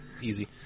easy